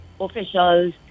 officials